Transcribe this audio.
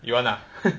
you want ah